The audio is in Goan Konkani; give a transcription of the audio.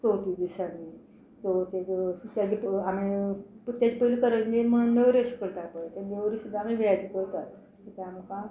चवथी दिसांनी चवथीक तेजे आमी तेजे पयलीं करंजी म्हणून नेवऱ्यो अशें करता पय ते नेवऱ्यो सुद्दां आमी वेज करता तेकां